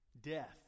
Death